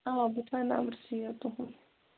آ بہٕ تھاو نَمبَر سیو تُہُنٛد